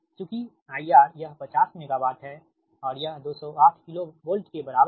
चूँकि IR यह 50 megawatt है और यह 208 किलोवोल्ट के बराबर है